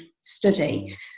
study